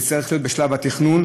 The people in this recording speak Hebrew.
זה צריך להיות בשלב התכנון.